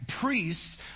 priests